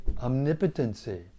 omnipotency